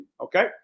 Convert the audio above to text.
okay